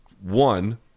one